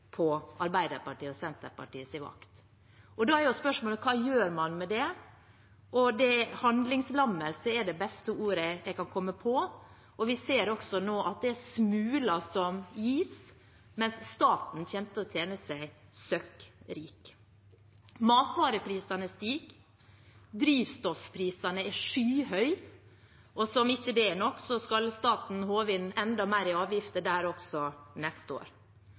på Arbeiderpartiet og Senterpartiets vakt. Og da er spørsmålet: Hva gjør man med det? Handlingslammelse er det beste ordet jeg kan komme på, og vi ser nå at det er smuler som gis, mens staten kommer til å tjene seg søkkrik. Matvareprisene stiger, drivstoffprisene er skyhøye, og som om ikke det er nok, skal staten håve inn enda mer i avgifter der også neste år.